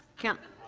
counsellor